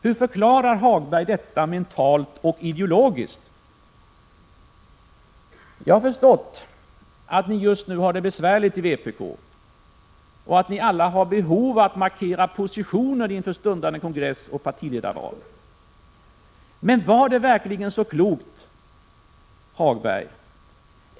Hur förklarar Hagberg detta mentalt och ideologiskt? Jag har förstått att ni just nu har det besvärligt i vpk och att ni alla har behov av att markera positioner inför stundande kongress och partiledarval. Men var det verkligen så klokt, Lars-Ove Hagberg?